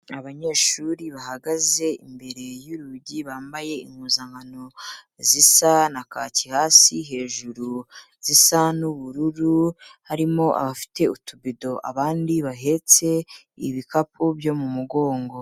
Abanyeshuri bahagaze imbere y'urugi bambaye impuzankano zisa na kaki hasi hejuru zisa n'ubururu, harimo abafite utubido, abandi bahetse ibikapu byo mu mugongo.